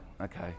okay